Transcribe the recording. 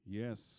yes